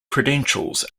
credentials